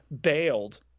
bailed